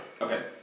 okay